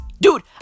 Dude